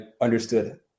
understood